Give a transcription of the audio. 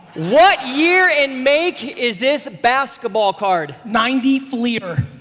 what year and make is this basketball card? ninety fleer.